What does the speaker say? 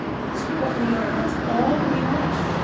that's what we are. that's all we are.